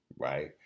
right